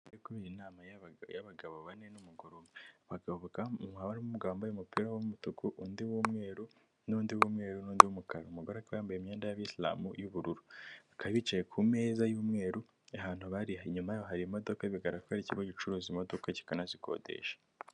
Ahantu hari kubera inama y'abagabo bane n'umugore umwe, umugabo w'umugabo wambaye umupira w'umutuku, undi w'umweru n'undi umwe n'undi mukara umugore yambaye imyenda y'abayisilamu y'ubururu, akaba yicaye ku meza y'umweru, ahantu bari inyuma hari imodoka bigaragara ko ari ikigo gicuruza imodoka kikanazikodesha.